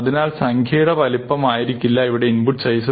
അതിനാൽ സംഖ്യയുടെ വലുപ്പമായിരിക്കില്ല ഇവിടെ ഇൻപുട്ട് സൈസ്